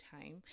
time